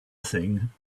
thing